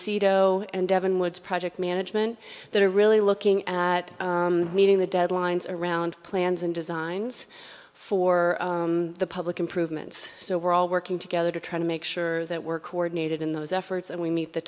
seato and devon woods project management that are really looking at meeting the deadlines around plans and designs for the public improvements so we're all working together to try to make sure that we're coordinated in those efforts and we meet the